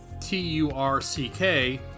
T-U-R-C-K